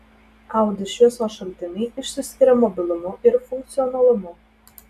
audi šviesos šaltiniai išsiskiria mobilumu ir funkcionalumu